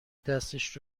دستش